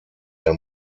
der